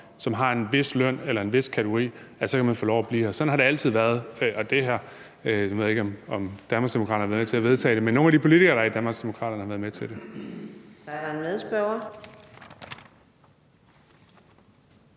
som har en vis løn eller en vis kategori, så kan man få lov til at blive her. Sådan har det altid været, og nu ved jeg ikke, om Danmarksdemokraterne har været med til at vedtage det, men nogle af de politikere, der er i Danmarksdemokraterne, har været med til det.